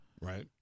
right